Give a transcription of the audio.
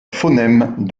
phonèmes